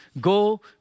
go